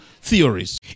theories